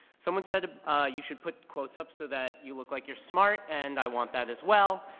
someone said you should put quotes up so that you look like you're smart and i want that as well.